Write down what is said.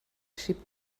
sheep